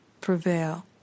prevail